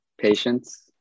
Patience